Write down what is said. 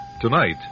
Tonight